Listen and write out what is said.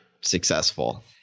successful